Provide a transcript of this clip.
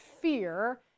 fear